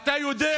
אתה יודע